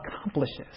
accomplishes